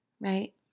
right